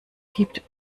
gibt